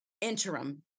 interim